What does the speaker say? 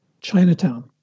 Chinatown